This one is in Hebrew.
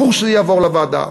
ברור שזה יעבור לוועדה.